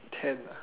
ten